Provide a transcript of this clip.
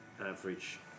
Average